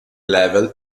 level